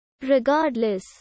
regardless